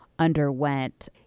underwent